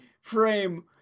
frame